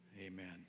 amen